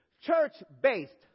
church-based